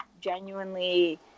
genuinely